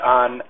on